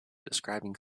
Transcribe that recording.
describing